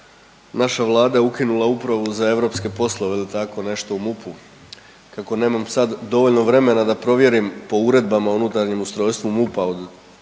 naša Vlada ukinula Upravu za europske poslove ili tako nešto u MUP-u. Kako nemam sad dovoljno vremena da provjerim po uredbama o unutarnjem ustrojstvu MUP-a od